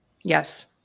Yes